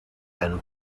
and